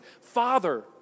Father